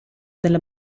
della